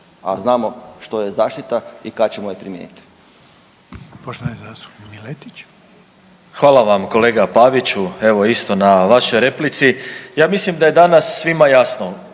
a znamo što je zaštita i kad ćemo je primijeniti.